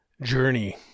journey